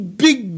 big